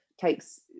takes